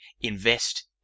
invest